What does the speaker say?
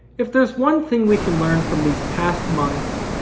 if there's one thing we can learn from these past months,